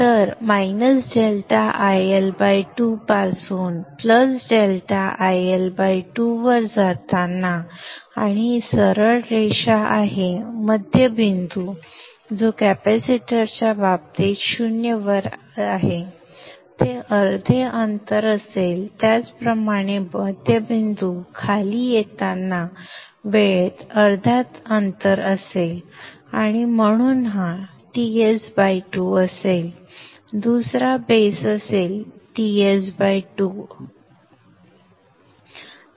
तर ∆IL 2 पासून ∆IL 2 वर जाताना आणि ही सरळ रेषा आहे मध्यबिंदू जो कॅपेसिटरच्या बाबतीत 0 वर आहे ते अर्धे अंतर असेल त्याचप्रमाणे मध्यबिंदू खाली येताना वेळेत अर्धा अंतर असेल आणि म्हणून हा Ts 2 असेल दुसरा आधार देखील Ts 2 असेल